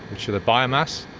which are the biomass,